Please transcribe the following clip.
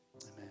Amen